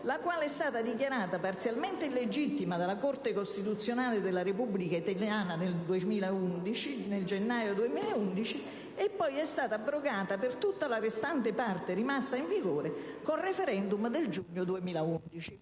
la quale è stata dichiarata parzialmente illegittima dalla Corte costituzionale della Repubblica italiana nel gennaio 2011 e poi è stata abrogata per tutta la restante parte rimasta in vigore col *referendum* del giugno 2011.